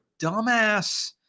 dumbass